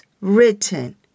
written